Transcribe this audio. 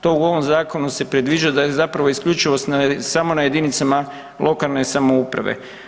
To u ovom zakonu se predviđa da je zapravo isključivost samo na jedinicama lokalne samouprave.